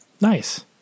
Nice